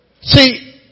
See